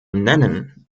nennen